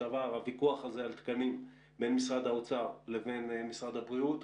הוויכוח על תקנים בין משרד האוצר לבין משרד הבריאות,